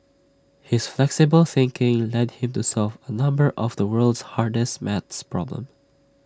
his flexible thinking led him to solve A number of the world's hardest math problems